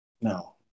No